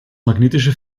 magnetische